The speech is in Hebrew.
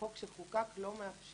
החוק שחוקק לא מאפשר,